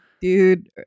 dude